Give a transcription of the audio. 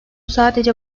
sadece